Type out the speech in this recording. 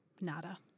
Nada